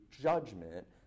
judgment